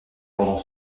pendant